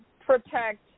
protect